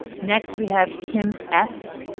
next we have kim s.